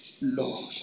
Lord